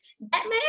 Batman